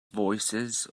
voices